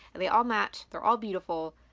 and they all match, they're all beautiful.